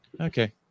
Okay